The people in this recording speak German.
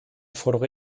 fordere